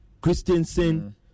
Christensen